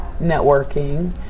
networking